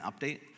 update